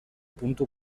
puntu